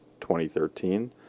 2013